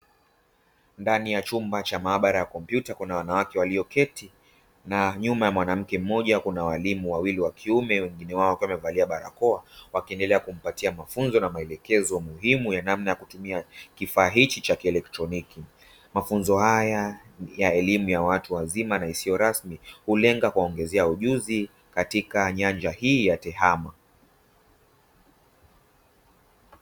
Ndani ya chumba cha maabara ya kompyuta kuna wanawake walioketi, na nyuma ya mwanamke mmoja kuna walimu wawili wa kiume. Wengine wao wakiwa wamevalia barakoa, wakiendelea kuwapatia mafunzo na maelekezo muhimu juu ya namna ya kutumia kifaa hiki cha kielektroniki. Mafunzo haya ni ya elimu ya watu wazima na yasiyo rasmi, hulenga kuongeza ujuzi katika nyanja hii ya TEHAMA.